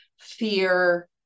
fear